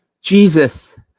Jesus